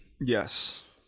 Yes